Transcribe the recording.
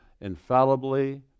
infallibly